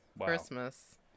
Christmas